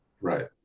Right